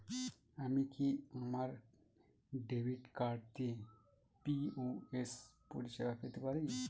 আমি কি আমার ডেবিট কার্ড দিয়ে পি.ও.এস পরিষেবা পেতে পারি?